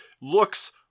looks